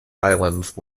islands